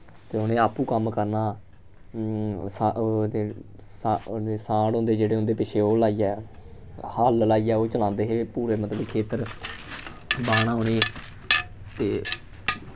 ते उ'नें आपूं कम्म करना ओह् ते साह्ड़ होंदे जेह्के उंदे पिच्छें ओह् लाइयै हल्ल लाइयै ओह् चलांदे हे पूरे मतलब खेत्तर बाह्ना उनें ते